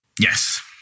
Yes